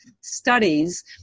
studies